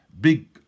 big